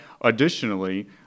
Additionally